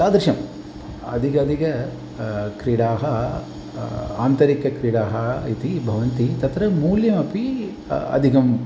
तादृशम् अधिकाधिकाः क्रीडाः आन्तरिकक्रीडाः इति भवन्ति तत्र मूल्यमपि अधिकम्